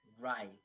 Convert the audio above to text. Right